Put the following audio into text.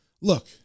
Look